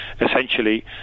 essentially